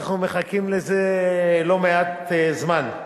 אנחנו מחכים לזה לא מעט זמן.